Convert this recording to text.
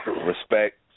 respect